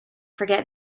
forget